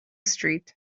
street